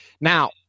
Now